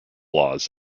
laws